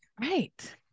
right